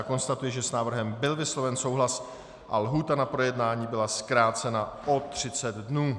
Já konstatuji, že s návrhem byl vysloven souhlas a lhůta na projednání byla zkrácena o třicet dnů.